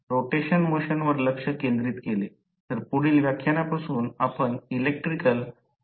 म्हणून त्यावेळी प्रयोगशाळेच्या प्रयोगासह हे पहायला मिळते परंतु पहिल्या वर्षात तो प्रयोग केला की नाही याची मला खात्री नाही